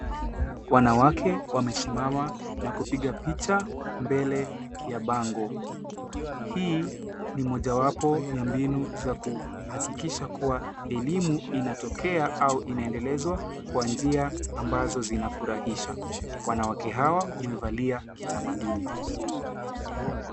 Wanawake wamesimama na kupiga picha mbele ya bango. Hii ni moja wapo ya mbinu za kuhakikisha kuwa elimu inatokea au inaendelezwa kwa njia ambazo zinafurahisha. Wanawake hawa wamevalia kitamaduni.